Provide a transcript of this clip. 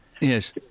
Yes